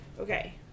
Okay